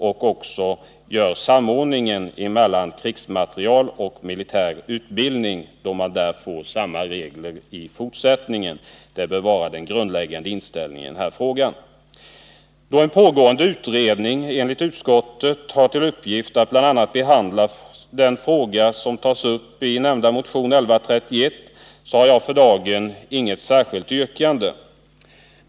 Att vi i fortsättningen får samma regler för krigsmateriel och militär utbildning bör vara den grundläggande inställningen. Då en pågående utredning enligt utskottet har till uppgift att behandla bl.a. den fråga som tas upp i nämnda motion 1131, har jag för dage. ny ei särskilt yrkande.